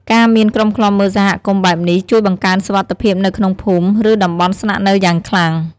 ការមានក្រុមឃ្លាំមើលសហគមន៍បែបនេះ ជួយបង្កើនសុវត្ថិភាពនៅក្នុងភូមិ ឬតំបន់ស្នាក់នៅយ៉ាងខ្លាំង។